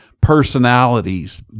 personalities